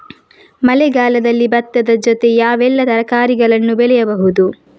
ಮಳೆಗಾಲದಲ್ಲಿ ಭತ್ತದ ಜೊತೆ ಯಾವೆಲ್ಲಾ ತರಕಾರಿಗಳನ್ನು ಬೆಳೆಯಬಹುದು?